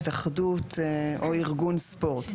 התאחדות או ארגון ספורט.